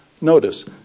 Notice